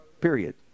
Period